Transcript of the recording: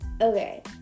Okay